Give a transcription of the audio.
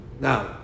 Now